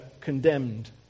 condemned